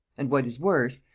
and what is worse,